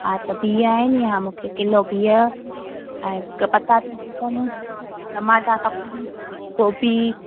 हा त बिह आहिनि इहा मूंखे किलो बिह ऐं मूंखे पटाटा खपनि टमाटा खपनि गोभी